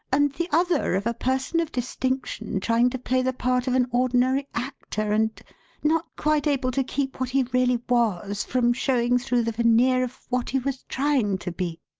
and the other of a person of distinction trying to play the part of an ordinary actor and not quite able to keep what he really was from showing through the veneer of what he was trying to be.